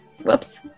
Whoops